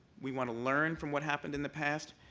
we want to learn from what happened in the past.